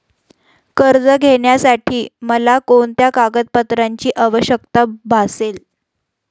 कर्ज घेण्यासाठी मला कोणत्या कागदपत्रांची आवश्यकता भासेल?